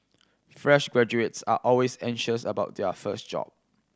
fresh graduates are always anxious about their first job